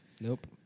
Nope